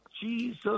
Jesus